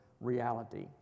reality